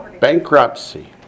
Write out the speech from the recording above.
bankruptcy